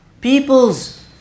people's